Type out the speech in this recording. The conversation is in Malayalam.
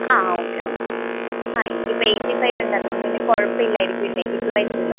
ആ ഓക്കെ ഓക്കെ ആ എനിക്ക് ഇപ്പോൾ എയ്റ്റി ഫൈവ് ഉണ്ട് അതുകൊണ്ട് പിന്നെ കുഴപ്പമില്ലായിരിക്കും അല്ലേ കിട്ടുമായിരിക്കുമല്ലോ